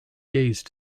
gaze